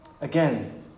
again